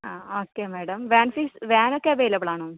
ആ okay madam van fees van available ആണോ